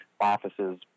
offices